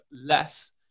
less